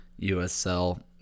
USL